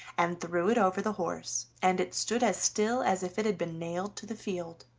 and threw it over the horse, and it stood as still as if it had been nailed to the field,